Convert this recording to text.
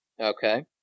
Okay